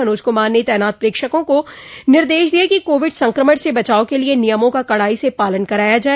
मनोज कुमार ने तैनात प्रेक्षकों को निर्देश दिये कि कोविड संक्रमण से बचाव के लिए नियमों का कड़ाई से पालन कराया जाय